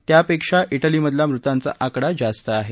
त्यापेक्षा ठिलीमधला मृतांचा आकडा जास्त आहे